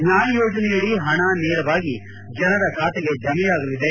ನ್ನಾಯ್ ಯೋಜನೆಯಡಿ ಹಣ ನೇರವಾಗಿ ಜನರ ಖಾತೆಗೆ ಜಮೆಯಾಗಲಿದೆ